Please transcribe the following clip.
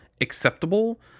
acceptable